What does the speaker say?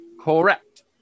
Correct